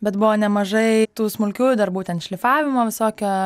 bet buvo nemažai tų smulkiųjų darbų ten šlifavimo visokio